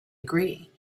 agree